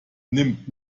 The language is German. nimmt